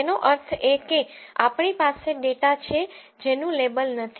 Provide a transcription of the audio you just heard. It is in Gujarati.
તેનો અર્થ એ કે આપણી પાસે ડેટા છે જેનું લેબલ નથી